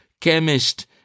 chemist